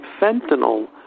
fentanyl